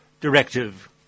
Directive